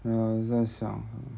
没有我在想